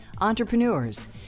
entrepreneurs